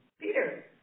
Peter